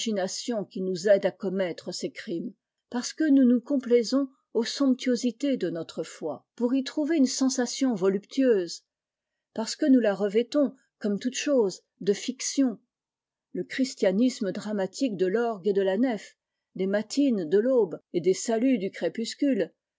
qui nous aide à commettre ces crimes parce que nous nous complaisons aux somptuosités de notre foi pour y trouver une sensation voluptueuse parce que nouslarevêtons commetoutes choses de fictions le christianisme dramatique de l'orgue et de la nef des matines de l'aube et des saluts du crépusculele